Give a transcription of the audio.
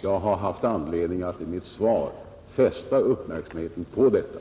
Jag har haft anledning att i mitt svar fästa uppmärksamheten på detta.